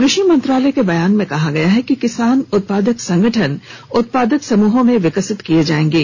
कृषि मंत्रालय के बयान में कहा गया है कि किसान उत्पादक संगठन उत्पादक समूहों में विकसित किये जायेंगे